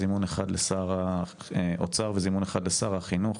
זימון אחד לשר האוצר וזימון אחד לשר החינוך